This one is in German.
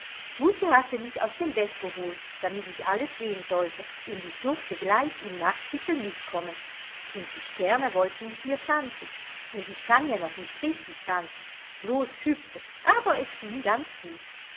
mutti hatte mich aus dem bett geholt damit ich alles sehn sollte und ich durfte gleich im nachtkittel mitkommen und die sterne wollten mit mir tanzen und ich kann ja noch nicht richtig tanzen blos hüpfen aber es ging ganz gut